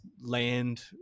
land